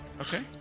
Okay